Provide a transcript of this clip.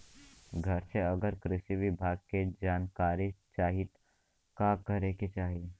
घरे से अगर कृषि विभाग के जानकारी चाहीत का करे के चाही?